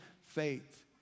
faith